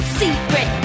secret